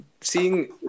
seeing